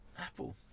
Apple